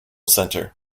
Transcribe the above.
center